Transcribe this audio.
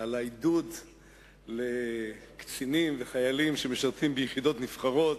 על העידוד לקצינים וחיילים שמשרתים ביחידות מובחרות,